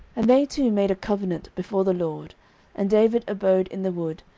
and they two made a covenant before the lord and david abode in the wood,